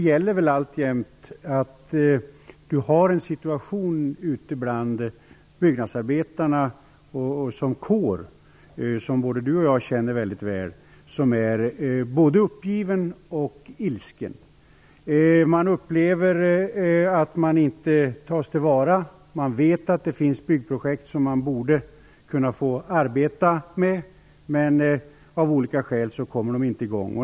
Skälet till att jag skrev frågorna är att stämningen ute bland byggnadsarbetarna som kår, som både bostadsministern och jag känner till mycket väl, är både uppgiven och ilsken. Byggnadsarbetarna upplever att de inte tas till vara. De vet att det finns byggprojekt som de borde få arbeta med, men av olika skäl kommer de inte i gång.